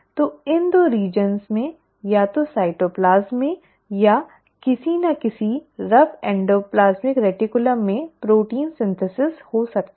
तो इन 2 क्षेत्रों में या तो साइटोप्लाज्म में या किसी न किसी रफ़ एंडोप्लाज्मिक रेटिकुलम में प्रोटीन संश्लेषण हो सकता है